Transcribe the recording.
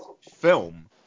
film